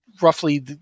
roughly